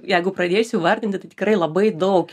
jeigu pradėsiu vardinti tai tikrai labai daug